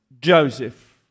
Joseph